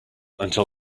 until